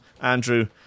Andrew